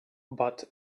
but